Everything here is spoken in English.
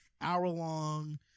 hour-long